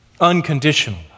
Unconditional